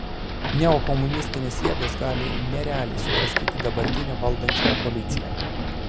neokomunistinės jėgos gali nerealiai sudraskyti dabartinę valdančiąją koaliciją